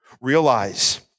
Realize